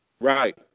Right